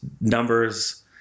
numbers